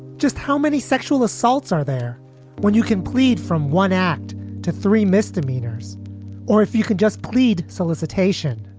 just how many sexual assaults are there when you can plead from one act to three misdemeanors or if you could just plead solicitation?